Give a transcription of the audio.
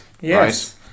Yes